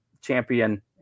champion